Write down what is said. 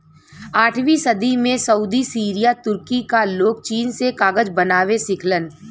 आठवीं सदी में सऊदी सीरिया तुर्की क लोग चीन से कागज बनावे सिखलन